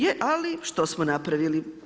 Je, ali što smo napravili?